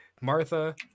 Martha